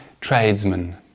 tradesmen